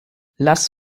lass